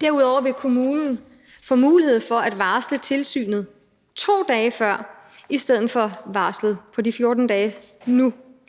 Derudover vil kommunen få mulighed for at varsle tilsynet 2 dage før i stedet for varslet på 14 dage nu,